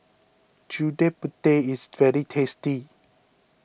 Gudeg Putih is very tasty